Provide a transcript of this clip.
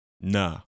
Nah